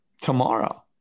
tomorrow